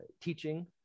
teaching